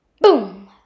Boom